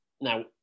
Now